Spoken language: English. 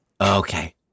Okay